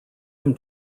him